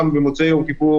בערב כיפור